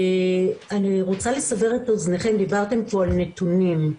אני רוצה לסבר את אוזניכם, דיברתם פה על נתונים.